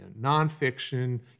nonfiction